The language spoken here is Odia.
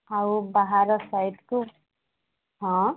ଆଉ ବାହାର ସାଇଡ଼କୁ ହଁ